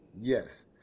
Yes